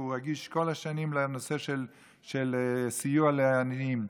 שהוא רגיש כל השנים לנושא של סיוע לעניים,